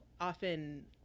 often